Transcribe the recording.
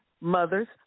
Mothers